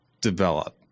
develop